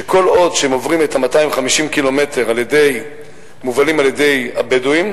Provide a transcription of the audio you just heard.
שכל עוד הם עוברים את 250 הקילומטרים מובלים על-ידי הבדואים,